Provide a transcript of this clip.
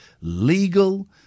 legal